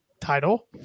title